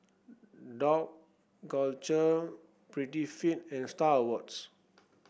Dough Culture Prettyfit and Star Awards